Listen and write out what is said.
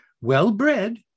Well-bred